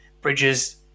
Bridges